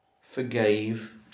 forgave